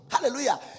Hallelujah